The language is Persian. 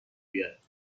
بیاد